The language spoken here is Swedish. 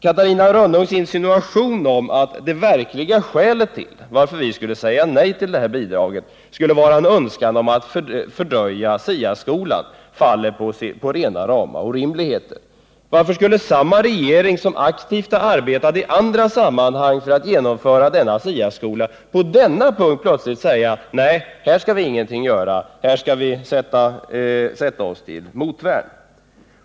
Catarina Rönnungs insinuation att det verkliga skälet till att vi säger nej till bidraget är en önskan att fördröja SIA-skolan är rena rama orimligheten. Varför skulle samma regering som i andra sammanhang har arbetat aktivt för att genomföra denna SIA skola på denna punkt plötsligt säga: Nej, här skall vi ingenting göra, här skall vi sätta oss till motvärn.